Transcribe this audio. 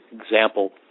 example